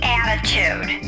attitude